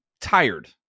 tired